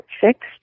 fixed